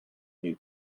new